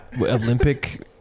Olympic